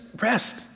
rest